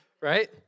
Right